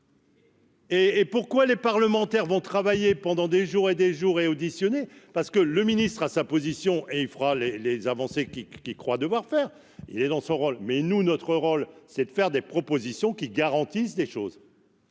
et pourquoi les parlementaires vont travailler pendant des jours et des jours et auditionné parce que le ministre a sa position et il fera les les avancées qui qu'il croit devoir faire, il est dans son rôle, mais nous, notre rôle c'est de faire des propositions qui garantissent des choses.